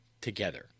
together